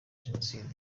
jenoside